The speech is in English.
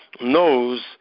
knows